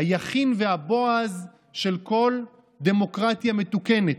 היכין והבועז של כל דמוקרטיה מתוקנת,